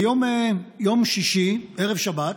ביום שישי, ערב שבת,